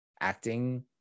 acting